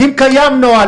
אם קיים נוהל,